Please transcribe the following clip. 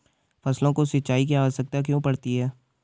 फसलों को सिंचाई की आवश्यकता क्यों पड़ती है?